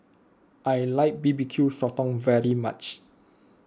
I like B B Q Sotong very much